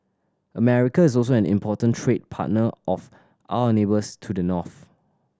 America is also an important trade partner of our neighbours to the north